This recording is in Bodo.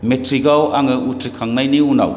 मेट्रिकआव आङो उथ्रिखांनायनि उनाव